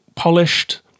polished